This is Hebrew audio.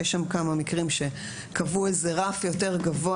יש שם כמה מקרים שקבעו איזה רף יותר גבוה